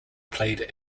played